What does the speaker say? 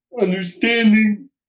understanding